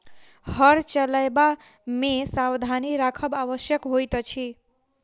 हर चलयबा मे सावधानी राखब आवश्यक होइत अछि